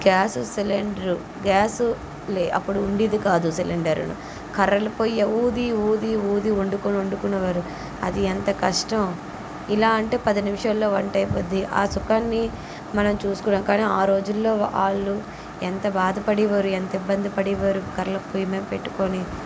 gas cylinder gas లే అప్పుడు ఉండేది కాదు సిలిండర్ కర్రల పొయ్య ఊది ఊది ఊది వండుకుని వండుకునేవారు అది ఎంత కష్టం ఇలా అంటే పది నిమిషాల్లో వంట అయిపోద్ది ఆ సుఖాన్ని మనం చూస్తున్నాం కానీ ఆ రోజుల్లో వాళ్ళు ఎంత బాధ పడేవారు ఎంత ఇబ్బంది పడేవారు కర్రల పొయ్యమీద పెట్టుకుని